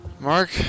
Mark